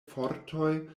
fortoj